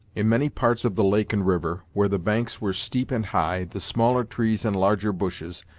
in many parts of the lake and river, where the banks were steep and high, the smaller trees and larger bushes,